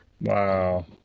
Wow